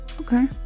okay